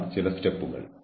അവരെ ശാസിക്കാൻ വേണ്ടിയല്ല